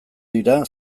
dira